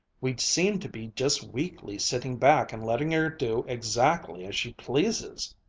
we seem to be just weakly sitting back and letting her do exactly as she pleases.